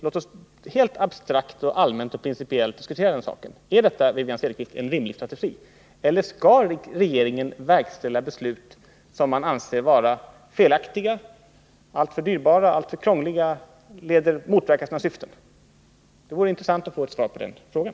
Låt oss helt abstrakt, allmänt och principiellt diskutera den saken. Är detta en rimlig strategi, eller skall regeringen verkställa beslut som den anser felaktiga, alltför dyrbara, alltför krångliga, motverkande sina syften? Det vore intressant att få ett svar på den frågan.